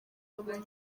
yabonye